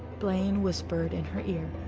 blaine whispered in her ear.